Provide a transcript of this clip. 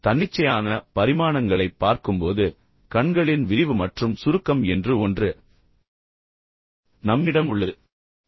இப்போது தன்னிச்சையான பரிமாணங்களைப் பார்க்கும்போது கண்களின் விரிவு மற்றும் சுருக்கம் என்று ஒன்று நம்மிடம் உள்ளது